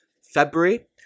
February